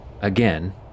again